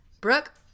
Brooke